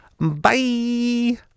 Bye